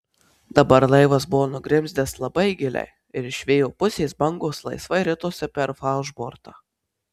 dabar laivas buvo nugrimzdęs labai giliai ir iš vėjo pusės bangos laisvai ritosi per falšbortą